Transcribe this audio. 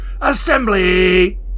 assembly